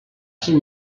ser